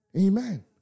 amen